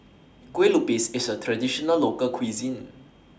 Kue Lupis IS A Traditional Local Cuisine